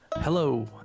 Hello